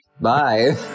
Bye